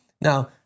Now